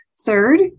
Third